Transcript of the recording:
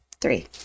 Three